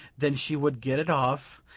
then she would get it off,